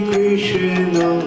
Krishna